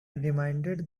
reminded